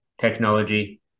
technology